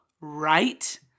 right